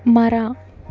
ಮರ